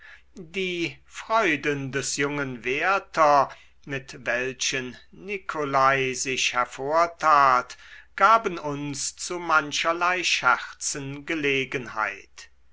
die freuden des jungen werther mit welchen nicolai sich hervortat gaben uns zu mancherlei scherzen gelegenheit